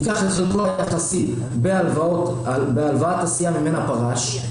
צריך להשתתף באופן יחסי בהלוואת הסיעה ממנה פרש,